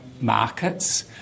markets